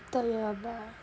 told you about